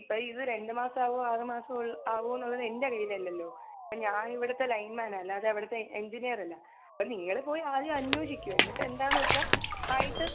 ഇപ്പോൾ ഇത് രണ്ട് മാസാവുവൊ ആറ് മാസം ആവുവോന്നുള്ളതെൻ്റെ അറിവിലല്ലല്ലൊ അപ്പം ഞാനിവിടത്തെ ലൈൻമാനാ അല്ലാതെ അവിടത്തെ എഞ്ചിനീയറല്ല അപ്പം നിങ്ങൾ പോയി അന്വേഷിക്കു എന്നിട്ട് എന്താന്ന് വെച്ചാൽ ആയിട്ട്